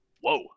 Whoa